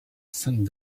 sainte